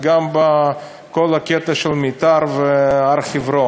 וגם בכל הקטע של מיתר והר-חברון,